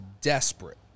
desperate